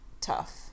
tough